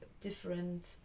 different